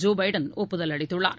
Joe Biden ஒப்புதல் அளித்துள்ளார்